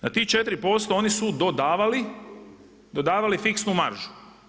Na tih 4% oni su dodavali fiksnu maržu.